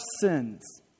sins